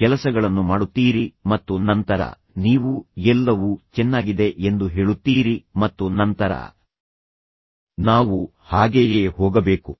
ಕೆಲಸಗಳನ್ನು ಮಾಡುತ್ತೀರಿ ಮತ್ತು ನಂತರ ನೀವು ಎಲ್ಲವೂ ಚೆನ್ನಾಗಿದೆ ಎಂದು ಹೇಳುತ್ತೀರಿ ಮತ್ತು ನಂತರ ನಾವು ಹಾಗೆಯೇ ಹೋಗಬೇಕು